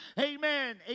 Amen